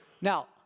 Now